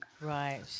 Right